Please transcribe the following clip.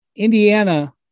Indiana